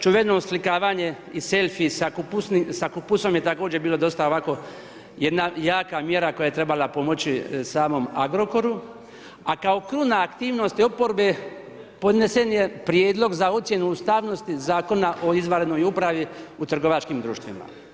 Čuveno oslikavanje i selfies sa kupusom je također bilo dosta ovako jedna jaka mjera koja je trebala pomoći samom Agrokoru, a kao kruna aktivnosti oporbe podnesen je prijedlog za ocjenu ustavnosti Zakona o izvanrednoj upravi u trgovačkim društvima.